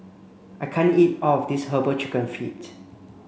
I can't eat all of this herbal chicken feet